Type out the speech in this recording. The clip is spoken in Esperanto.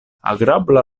agrabla